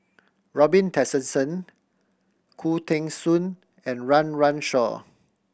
Robin Tessensohn Khoo Teng Soon and Run Run Shaw